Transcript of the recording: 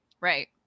Right